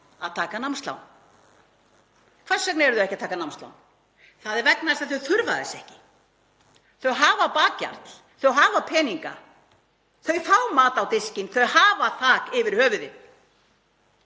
að taka námslán. Hvers vegna eru þau ekki að taka námslán? Það er vegna þess að þau þurfa þess ekki. Þau hafa bakhjarl, þau hafa peninga. Þau fá mat á diskinn, þau hafa þak yfir höfuðið.